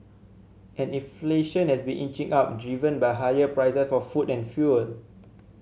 and inflation has been inching up driven by higher price for food and fuel